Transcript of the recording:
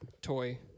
toy